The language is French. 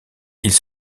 ils